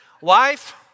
Wife